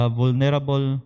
vulnerable